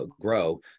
grow